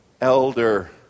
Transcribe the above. elder